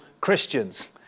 Christians